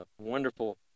wonderful